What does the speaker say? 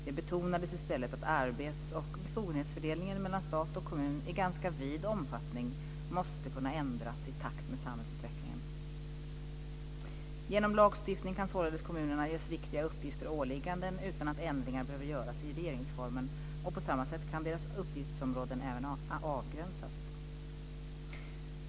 Det betonades i stället att arbets och befogenhetsfördelningen mellan stat och kommun i ganska vid omfattning måste kunna ändras i takt med samhällsutvecklingen. Genom lagstiftning kan således kommunerna ges viktiga uppgifter och åligganden utan att ändringar behöver göras i regeringsformen. På samma sätt kan deras uppgiftsområden även avgränsas.